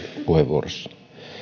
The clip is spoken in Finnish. puheenvuoroissa